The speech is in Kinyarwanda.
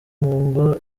ngo